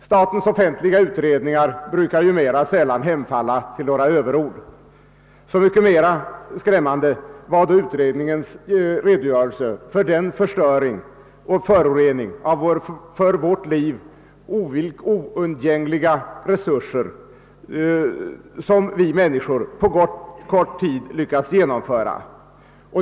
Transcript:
Statens offentliga utredningar hemfaller mera sällan till överord; så mycket mer skrämmande var utredningens redogörelse för den förstöring och förorening av för vårt liv oundgängligen nödvändiga resurser som vi människor på kort tid har lyckats genomföra.